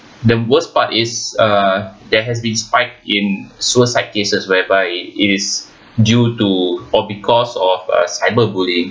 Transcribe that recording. the worst part is uh there has been spike in suicide cases whereby it is due to or because of uh cyber bullying